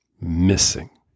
missing